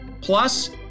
Plus